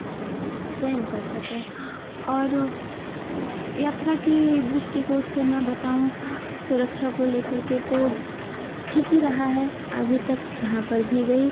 स्वयं कर सकें और यात्रा कि दृष्टिकोण से में बताऊँ सुरक्षा को लेकर के तो ठीक ही रहा है आगे तक जहाँ पर भी गई